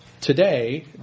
today